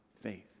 faith